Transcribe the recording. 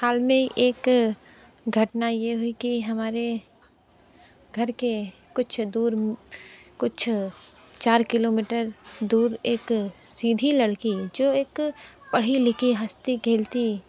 हाल में एक घटना ये हुई कि हमारे घर के कुछ दूर कुछ चार किलोमीटर दूर एक सीधी लड़की जो एक पढ़ी लिखी हंसती खेलती